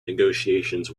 negotiations